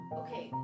okay